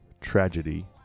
tragedy